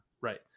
right